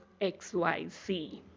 XYZ